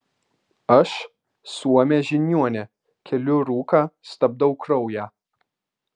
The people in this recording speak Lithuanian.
aš suomė žiniuonė keliu rūką stabdau kraują